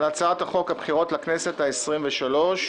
להצעת חוק הבחירות לכנסת העשרים-ושלוש.